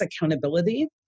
accountability